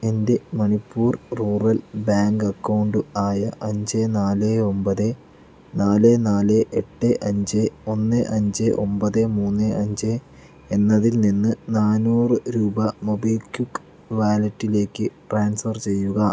എൻ്റെ Manipur rural bank account ആയ അഞ്ച് നാല് ഒമ്പത് നാല് നാല് എട്ട് അഞ്ച് ഒന്ന് അഞ്ച് ഒമ്പത് മൂന്ന് അഞ്ച് എന്നതിൽ നിന്ന് നാനൂറ് രൂപ മൊബിക്വിക്ക് വാലറ്റിലേക്ക് ട്രാൻസ്ഫർ ചെയ്യുക